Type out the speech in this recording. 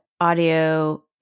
audio